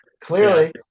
Clearly